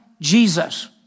Jesus